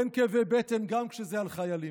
"אין כאבי בטן גם כשזה על החיילים".